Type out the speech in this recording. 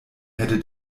hätte